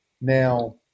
Now